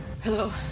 Hello